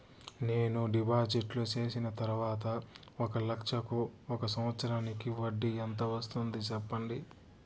నేను డిపాజిట్లు చేసిన తర్వాత ఒక లక్ష కు ఒక సంవత్సరానికి వడ్డీ ఎంత వస్తుంది? సెప్పండి?